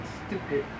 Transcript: stupid